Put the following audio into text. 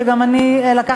שאני אדאג